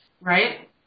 Right